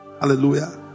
hallelujah